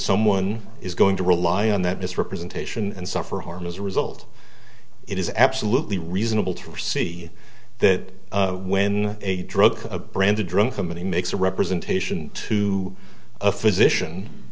someone is going to rely on that misrepresentation and suffer harm as a result it is absolutely reasonable to see that when a drug a brand a drunk company makes a representation to a physician